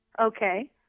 Okay